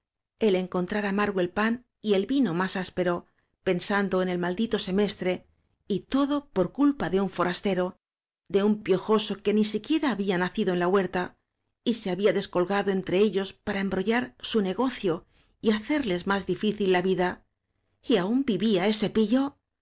el encontrar amargo el pan y el vino más áspero pensando en el maldito semestre y todo por culpa de un forastero de un piojo so que ni siquiera había nacido en la huerta y se había descolgado entre ellos para embro llar su negocio y hacerles más difícil la vida cy aún vivía ese pillo